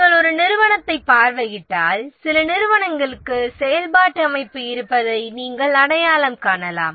நீங்கள் ஒரு நிறுவனத்தைப் பார்வையிட்டால் சில நிறுவனங்களுக்கு செயல்பாட்டு அமைப்பு இருப்பதை நீங்கள் அடையாளம் காணலாம்